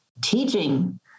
teaching